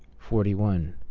forty one.